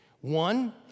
One